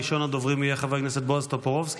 ראשון הדוברים יהיה חבר הכנסת בועז טופורובסקי,